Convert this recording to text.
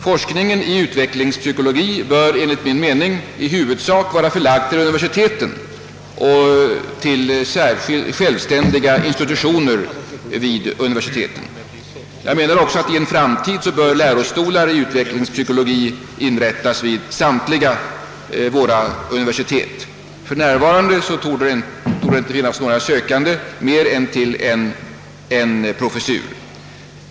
Forskningen i utvecklingspsykologi bör enligt min mening i huvudsak vara förlagd till universiteten och till självständiga institutioner vid dessa. Jag menar också att i en framtid bör lärostolar i utvecklingspsykologi inrättas vid samtliga våra universitet. För närvarande torde inte finnas några sökande mer än till en professur.